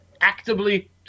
actively